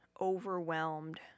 overwhelmed